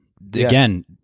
again